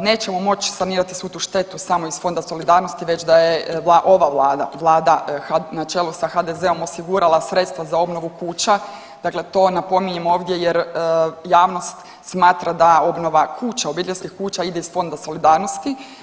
nećemo moći sanirati svu tu štetu samo iz fonda solidarnosti već da je ova Vlada, Vlada na čelu sa HDZ-om osigurala sredstva za obnovu kuća, dakle to napominjem ovdje jer javnost smatra da obnova kuća, obiteljskih kuća ide iz fonda solidarnost.